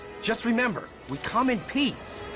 just remember we come in peace.